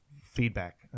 feedback